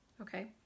Okay